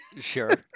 Sure